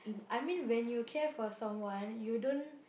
I mean when you care for someone you don't